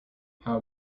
how